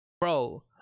bro